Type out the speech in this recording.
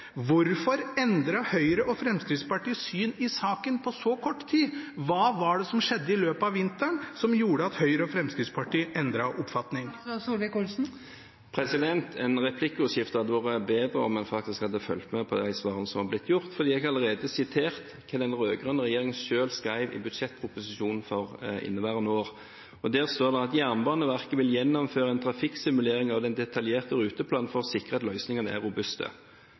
Hvorfor endret Høyre og Fremskrittspartiet syn i saken på så kort tid? Hva var det som skjedde i løpet av vinteren som gjorde at Høyre og Fremskrittspartiet endret oppfatning? Et replikkordskifte hadde vært bedre om en faktisk hadde fulgt med på de svarene som har blitt gitt, for jeg har allerede sitert hva den rød-grønne regjeringen selv skrev i budsjettproposisjonen for inneværende år. Der står det: «Jernbaneverket vil gjennomføre en trafikksimulering av den detaljerte ruteplanen for å sikre at løsningene er robuste.»